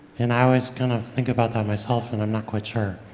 and i always kind of think about that myself, and i'm not quite sure.